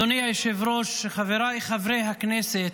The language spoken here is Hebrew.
אדוני היושב-ראש, חבריי חברי הכנסת,